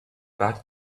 back